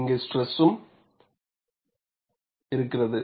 இங்கே ஸ்ட்ரெஸ்சும் இருக்கிறது